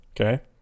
Okay